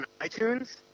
iTunes